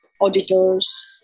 auditors